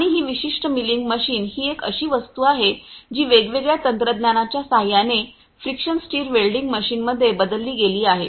आणि ही विशिष्ट मिलिंग मशीन ही एक अशी वस्तू आहे जी वेगवेगळ्या तंत्रज्ञानाच्या सहाय्याने फ्रिक्शन स्ट्रार वेल्डिंग मशीनमध्ये बदलली गेली आहे